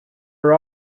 are